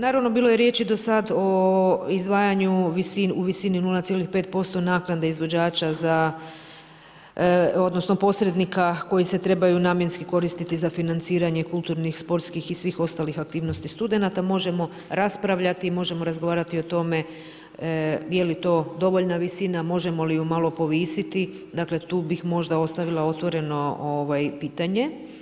Naravno bilo je riječi do sada o izdvajanju u visini 0.5% naknade izvođača, odnosno posrednika koji se trebaju namjenski koristiti za financiranje kulturnih, sportskih i svih ostalih aktivnosti studenata, možemo raspravljati, možemo razgovarati o tome je li to dovoljna visina, možemo li ju malo povisiti, dakle tu bih možda ostavila otvoreno pitanje.